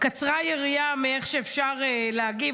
קצרה היריעה איך אפשר להגיב,